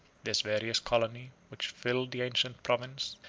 this various colony, which filled the ancient province,